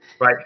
right